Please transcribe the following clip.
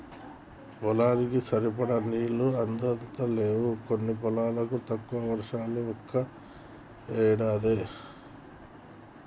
పొలానికి సరిపడా నీళ్లు అందుతలేవు కొన్ని పొలాలకు, తక్కువ వర్షాలు ఒక్కో ఏడాది